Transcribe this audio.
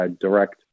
direct